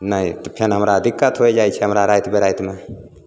नहि तऽ फेन हमरा दिक्कत होइ जाइत छै हमरा राति बिरातिमे